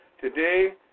Today